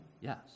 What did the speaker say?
Yes